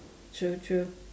true true